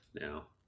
now